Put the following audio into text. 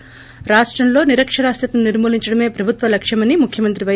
ి రాష్టంలో నిరక్షరాస్యతను నిర్మూలించడమే ప్రభుత్వ లక్ష్యమని ముఖ్యమంత్రి పై